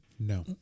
No